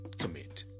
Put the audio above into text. commit